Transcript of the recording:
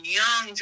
young